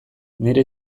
nire